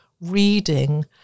reading